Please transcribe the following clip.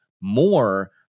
more